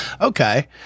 okay